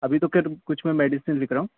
ابھی تو خیر کچھ میں میڈیسن لکھ رہا ہوں